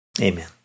Amen